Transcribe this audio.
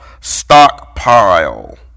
stockpile